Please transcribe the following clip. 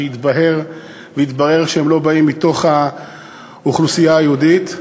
שיתבהר ויתברר שהן לא באות מתוך האוכלוסייה היהודית,